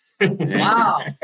Wow